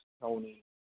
Tony